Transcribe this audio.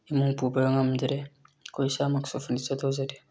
ꯏꯃꯨꯡ ꯄꯨꯕ ꯉꯝꯗꯔꯦ ꯑꯩꯈꯣꯏ ꯏꯁꯃꯛꯁꯨ ꯐꯔꯅꯤꯆꯔ ꯇꯧꯖꯔꯤ